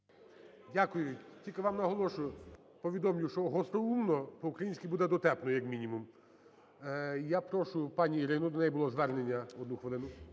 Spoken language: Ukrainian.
Дякую. Тільки вам наголошую, повідомлю, що "гостроумно" по-українськи буде дотепно, як мінімум. Я прошу пані Ірину, до неї було звернення, одну хвилину.